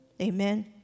Amen